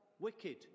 wicked